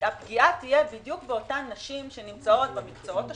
הפגיעה תהיה בנשים שנמצאות במקצועות השוחקים,